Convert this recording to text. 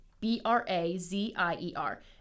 B-R-A-Z-I-E-R